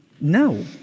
No